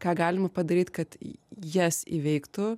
ką galima padaryt kad jas įveiktų